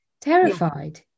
terrified